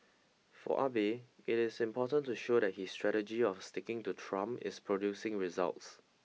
for Abe it is important to show that his strategy of sticking to Trump is producing results